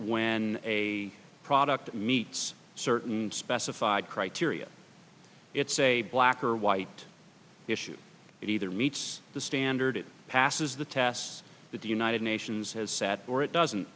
when a product meets certain specified criteria it's a black or white issue and either meets the standard it passes the tests that the united nations has sat or it doesn't